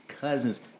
cousin's